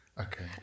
okay